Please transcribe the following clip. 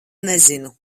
nezinu